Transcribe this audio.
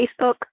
Facebook